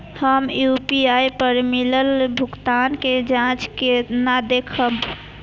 हम यू.पी.आई पर मिलल भुगतान के जाँच केना देखब?